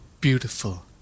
beautiful